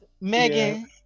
Megan